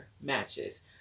matches